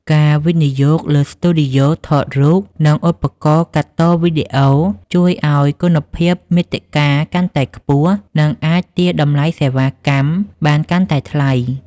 ការវិនិយោគលើស្ទូឌីយោថតរូប និងឧបករណ៍កាត់តវីដេអូ ជួយឱ្យគុណភាពមាតិកាកាន់តែខ្ពស់ និងអាចទារតម្លៃសេវាកម្មបានកាន់តែថ្លៃ។